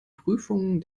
prüfungen